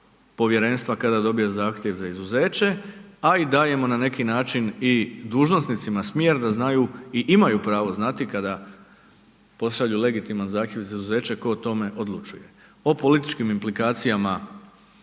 povjerenstva kada dobije zahtjev za izuzeće, a i dajemo na neki način dužnosnicima smjer da znaju i imaju pravo znati kada pošalju legitiman zahtjev za izuzeće tko o tome odlučuje. O političkim implikacijama